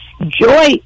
joy